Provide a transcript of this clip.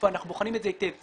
אנחנו בוחנים את זה היטב.